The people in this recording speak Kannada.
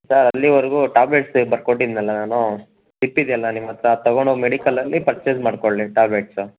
ಸರ್ ಅಲ್ಲಿವರೆಗೂ ಟಾಬ್ಲೆಟ್ಸ್ ಬರಕೊಟ್ಟಿದ್ನಲ್ಲ ನಾನು ಸ್ಲಿಪ್ ಇದೆಯಲ್ಲ ನಿಮ್ಮ ಹತ್ತಿರ ಅದು ತಗೊಂಡು ಹೋಗ್ ಮೆಡಿಕಲಲ್ಲಿ ಪರ್ಚೇಸ್ ಮಾಡಿಕೊಳ್ಳಿ ಟಾಬ್ಲೆಟ್ಸ್